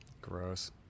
Gross